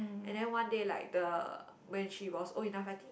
and then one day like the when she was old enough I think